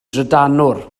drydanwr